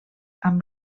amb